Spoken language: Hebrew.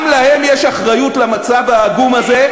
גם להן יש אחריות למצב העגום הזה,